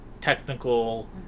technical